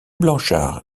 blanchard